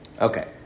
Okay